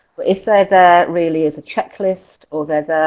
if they're there really as a checklist or they're